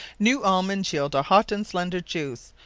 new almonds yeild a hot and slender juice,